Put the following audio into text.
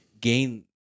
gain